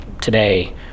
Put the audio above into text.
today